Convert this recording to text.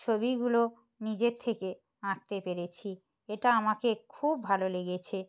ছবিগুলো নিজের থেকে আঁকতে পেরেছি এটা আমাকে খুব ভালো লেগেছে